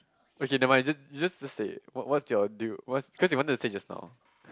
okay never mind just just just say what what's your deal what's cause you wanted to say just now